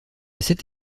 cette